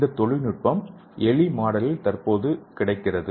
இந்த தொழில்நுட்பம் எலி மாடலில் தற்போது கிடைக்கிறது